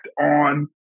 on